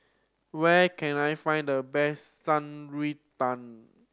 where can I find the best Shan Rui Tang